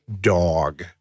dog